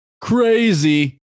Crazy